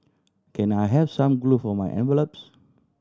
can I have some glue for my envelopes